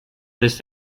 this